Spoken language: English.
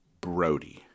Brody